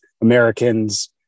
Americans